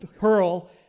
hurl